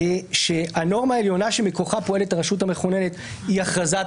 שהנורמה העליונה שמכוחה פועלת הרשות המכוננת היא הכרזת